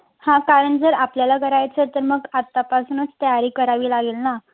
हां कारण जर आपल्याला करायचं तर मग आत्तापासूनच तयारी करावी लागेल ना